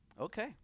Okay